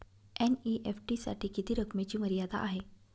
NEFT साठी किती रकमेची मर्यादा आहे?